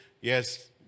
yes